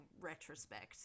retrospect